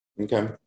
Okay